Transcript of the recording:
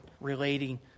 relating